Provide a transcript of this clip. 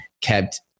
kept –